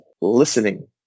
listening